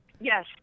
Yes